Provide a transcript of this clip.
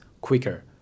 quicker